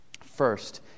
First